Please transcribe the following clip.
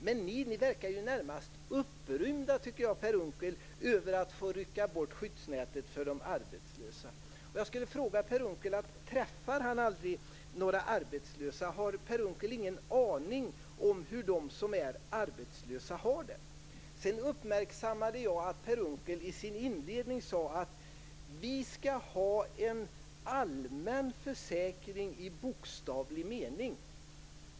Men Moderaterna verkar närmast upprymda över att få rycka bort skyddsnätet för de arbetslösa. Jag vill fråga Per Unckel om han aldrig träffar några arbetslösa. Har han ingen aning om hur de som är arbetslösa har det? Jag uppmärksammade att Per Unckel i sin inledning sade att vi skall ha en allmän försäkring i bokstavlig mening.